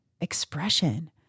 expression